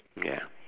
ya